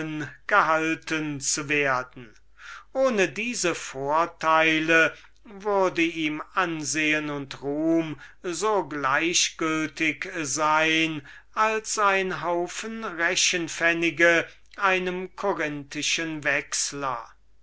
gehalten zu werden ohne diese vorteile würde ihm ansehn und ruhm so gleichgültig sein als ein haufen rechenpfennige einem corinthischen wucherer